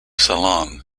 salon